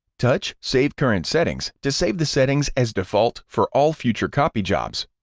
touch save current settings to save the settings as default for all future copy jobs.